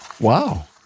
Wow